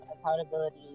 accountability